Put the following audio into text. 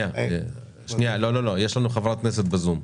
יש לנו חברת כנסת בזום,